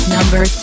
Number